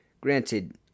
Granted